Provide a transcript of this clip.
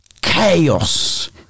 chaos